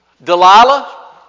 Delilah